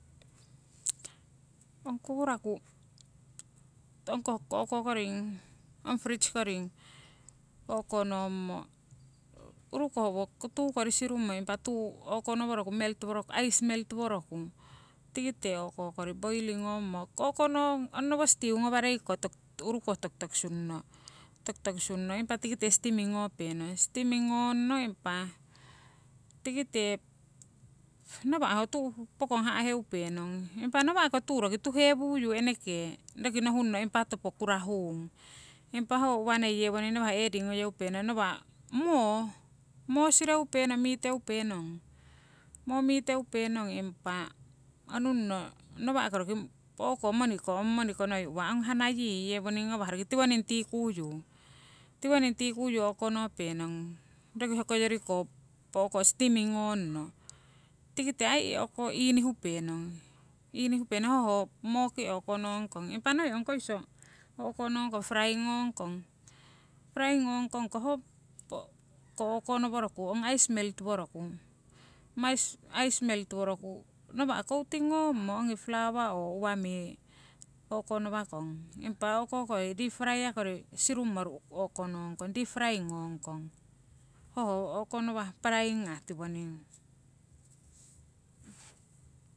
Ong kukuraku, ong koh o'ko koring ong fridge koring o'ko nommo, urukoh owo tuu kori sirungmo, impa tuu o'konoworoku melt woroku, ice melt woroku tikite o'ko kori boiling ngommo, o'konong onnowo stew ngawarei ko urukoh tokitoki sungno, tokitoki sungno, impa kitike steaming ngopenong, steaming ngongno impa tikite nawa' ho tuu pokong ha'heupenong. Impa nawa'ko tuu roki tuhewuyu eneke roki nohunno impa topo kurahuung, impa ho uwa noi yewoning ngawah noi adding ngoyeupenong nawa' moo, moo sireupenong, miteupenong, moo miteupenong. Impa onunno nawa' ko roki moniko ong moniko noi uwa, hanna yii yewoning ngawah roki tiwoning tikuyu, tiwoning tikuyu o'konopenong roki hokoyori ko o'ko steaming ngongno tikite aii o'ko inihupenong, inihupenong hoho ho mooki o'konongkong. Impa noi ong koiso o'ko nongkong frying ngongkong. Frying ngongkongko ho o'konoworoku ong ice melt woroku, mice ice melt woroku nawa' coating ngommo ongi flawa oo uwami o'konowakong, impa o'ko kori deep fryer kori sirungmo ru' o'ko nongkong deep frying ngongkong, hoho o'konowah paraing ngah tiwoning.